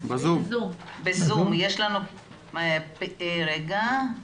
תני לנו הסבר לגבי הדברים שנאמרו כי אני באמת שומעת המון דברים,